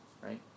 right